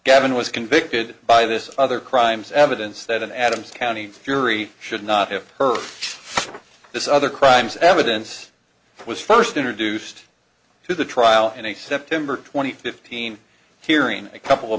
gavin was convicted by this other crimes evidence that an adams county jury should not have heard this other crimes evidence was first introduced to the trial in a september twenty fifteen hearing a couple